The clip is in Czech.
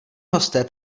hosté